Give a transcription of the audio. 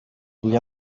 iyi